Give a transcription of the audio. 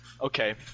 Okay